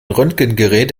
röntgengerät